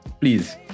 Please